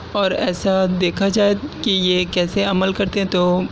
اور ایسا دیکھا جائے کہ یہ کیسےعمل کرتے ہیں تو